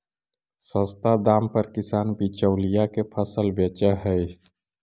सस्ता दाम पर किसान बिचौलिया के फसल बेचऽ हइ